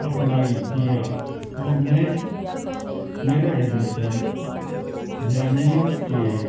apply کیا اور میں میرا ایڈمیشن جامعہ کے